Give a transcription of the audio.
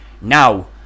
Now